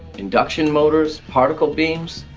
induction motors, particle beams,